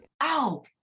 Ow